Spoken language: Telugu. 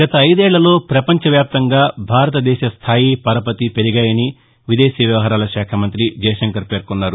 గత ఐదేళ్లలో ప్రపంచవ్యాప్తంగా భారతదేశ స్థాయి పరపతి పెరిగాయని విదేశీ వ్యవహారాలశాఖ మంతి జయశంకర్ పేర్కొన్నారు